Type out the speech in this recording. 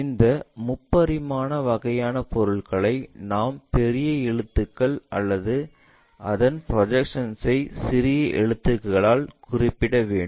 இந்த முப்பரிமாண வகையான பொருளை நாம் பெரிய எழுத்துக்கள் மற்றும் அதன் ப்ரொஜெக்ஷன்ஐ சிறிய எழுத்துக்களால் குறிப்பிட வேண்டும்